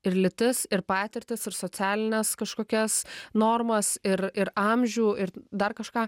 ir lytis ir patirtis ir socialines kažkokias normas ir ir amžių ir dar kažką